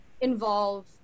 involve